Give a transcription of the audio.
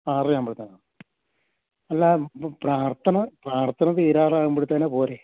ആറര ആകുമ്പത്തേനും അല്ല ഇത് പ്രാര്ത്ഥന പ്രാര്ത്ഥന തീരാറാകുമ്പത്തേനും പോരെ